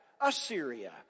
Assyria